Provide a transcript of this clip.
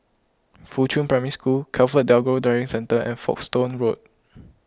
Fuchun Primary School ComfortDelGro Driving Centre and Folkestone Road